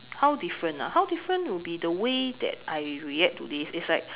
how different ah how different will be the way that I react to this is like